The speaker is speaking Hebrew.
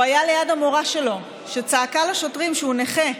הוא היה ליד המורה שלו, שצעקה לשוטרים שהוא נכה.